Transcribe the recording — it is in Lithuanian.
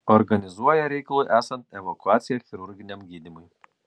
organizuoja reikalui esant evakuaciją chirurginiam gydymui